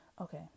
okay